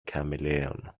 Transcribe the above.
chameleon